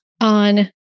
on